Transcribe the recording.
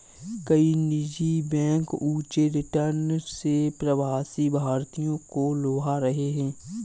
कई निजी बैंक ऊंचे रिटर्न से प्रवासी भारतीयों को लुभा रहे हैं